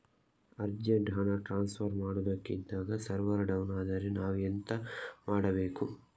Urgent ಹಣ transfer ಮಾಡೋದಕ್ಕೆ ಇದ್ದಾಗ ಸರ್ವರ್ ಡೌನ್ ಆದರೆ ನಾವು ಮುಂದೆ ಎಂತ ಮಾಡಬೇಕು?